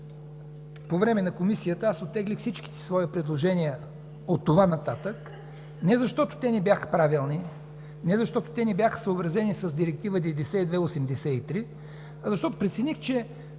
по време на Комисията оттеглих всичките свои предложения от това нататък не защото те не бяха правилни, не защото те не бяха съобразени с Директива № 9283, а защото прецених, че